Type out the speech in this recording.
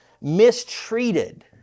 mistreated